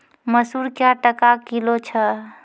मसूर क्या टका किलो छ?